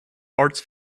arts